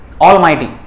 Almighty